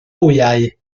wyau